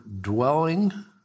dwelling